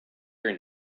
your